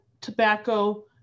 tobacco